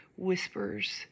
Whispers